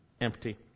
empty